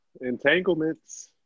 Entanglements